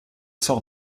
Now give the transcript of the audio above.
sort